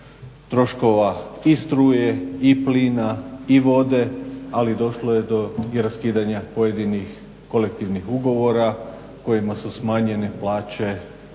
troškova i struje i plina i vode, ali došlo je i do raskidanja pojedinih kolektivnih ugovora kojima su smanjene plaće